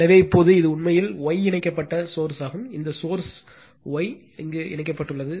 எனவே இப்போது இது உண்மையில் Y இணைக்கப்பட்ட சோர்ஸ்மாகும் இந்த சோர்ஸ் மானது Y இணைக்கப்பட்டுள்ளது